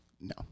No